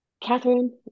Catherine